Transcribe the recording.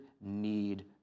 need